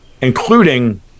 including